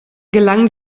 gelang